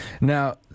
Now